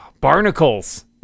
Barnacles